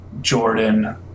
Jordan